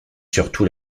surtout